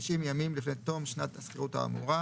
90 ימים לפני תום שנת השכירות האמורה,